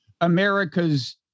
America's